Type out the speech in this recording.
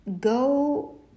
go